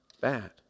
bad